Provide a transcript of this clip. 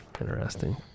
Interesting